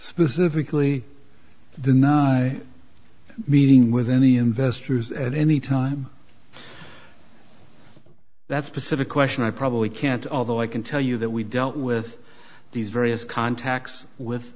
specifically the meeting with any investors at any time that specific question i probably can't although i can tell you that we dealt with these various contacts with